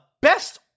best